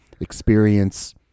experience